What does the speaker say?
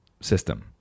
system